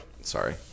sorry